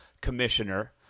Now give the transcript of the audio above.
commissioner